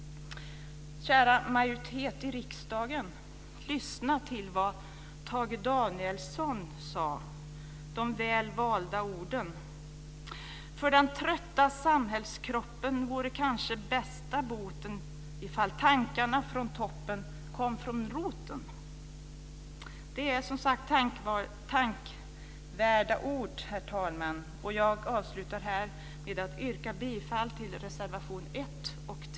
Kära majoritet i riksdagen! Lyssna till vad Tage Danielsson sade med de väl valda orden: För den trötta samhällskroppen vore kanske bästa boten ifall tankarna från toppen kom från roten. Det är tänkvärda ord, herr talman. Jag avslutar med att yrka bifall till reservation 1